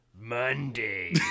Monday